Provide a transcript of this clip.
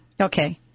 okay